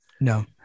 No